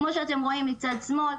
כמו שאתם רואים בצד שמאל,